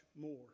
more